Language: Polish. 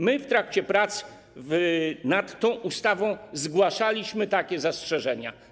My w trakcie prac nad tą ustawą zgłaszaliśmy takie zastrzeżenia.